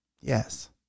Yes